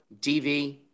DV